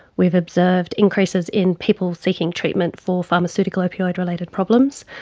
we've observed increases in people seeking treatment for pharmaceutical opioid related problems.